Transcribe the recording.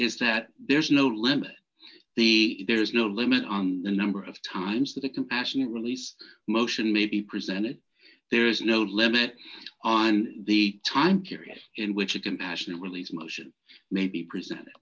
is that there is no limit the there is no limit on the number of times that a compassionate release motion may be presented there is no limit on the time period in which a compassionate release motion may be present